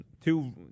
Two